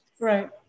Right